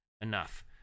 enough